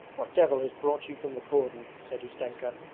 what devil has brought you from the cordon said ustenka,